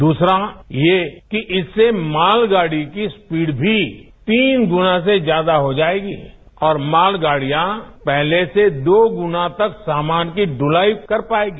द्सरा ये कि इससे मालगाड़ी की स्पीड भी तीन गुना से ज्यादा हो जायेगी और मालगाडियां पहले से दोगुना तक सामाना की ढुलाई कर पायेंगी